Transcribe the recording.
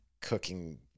cooking